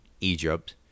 egypt